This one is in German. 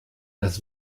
das